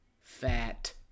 fat